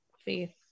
faith